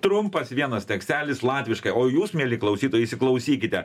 trumpas vienas tekstelis latviškai o jūs mieli klausytojai įsiklausykite